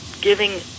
giving